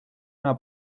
una